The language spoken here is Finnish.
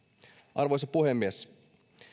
arvoisa puhemies